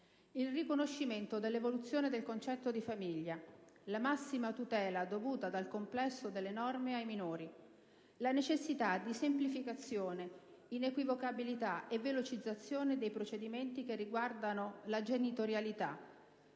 il riconoscimento dell'evoluzione del concetto di famiglia, la massima tutela dovuta dal complesso delle norme ai minori, la necessità di semplificazione, inequivocabilità e velocizzazione dei procedimenti che riguardano la genitorialità